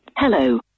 Hello